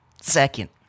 second